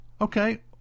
Okay